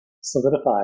solidified